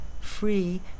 Free